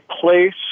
place